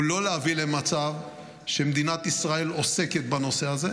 לא להביא למצב שמדינת ישראל עוסקת בנושא הזה,